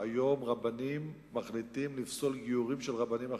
היום רבנים מחליטים לפסול גיורים של רבנים אחרים.